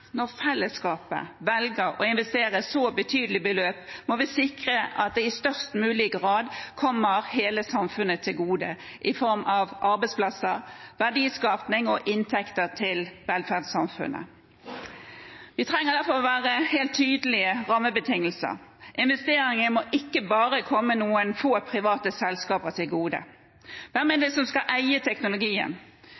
når fellesskapet velger å investere så betydelige beløp, må vi sikre at det i størst mulig grad kommer hele samfunnet til gode i form av arbeidsplasser, verdiskaping og inntekter til velferdssamfunnet. Vi trenger derfor helt tydelige rammebetingelser. Investeringer må ikke bare komme noen få private selskaper til gode. Hvem